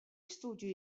istudju